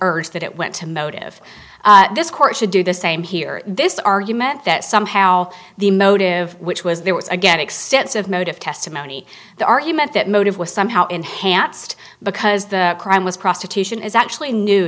urged that it went to motive this court should do the same here this argument that somehow the motive which was there was again extensive motive testimony the argument that motive was somehow enhanced because the crime was prostitution is actually new